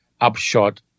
upshot